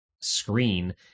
screen